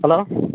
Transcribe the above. hello